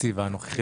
התקציב הנוכחי.